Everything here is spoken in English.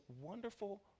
wonderful